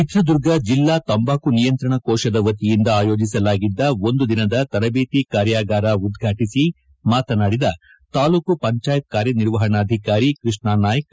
ಚಿತ್ರದುರ್ಗ ಜಿಲ್ಲಾ ತಂಬಾಕು ನಿಯಂತ್ರಣ ಕೋಶದ ವತಿಯಿಂದ ಆಯೋಜಿಸಲಾಗಿದ್ಲ ಒಂದು ದಿನದ ತರಬೇತಿ ಕಾರ್ಯಾಗಾರ ಉದ್ವಾಟಿಸಿ ಮಾತನಾಡಿದ ತಾಲ್ಲೂಕು ಪಂಚಾಯಿತಿ ಕಾರ್ಯನಿರ್ವಹಣಾಧಿಕಾರಿ ಕೃಷ್ಣನಾಯ್ಕ್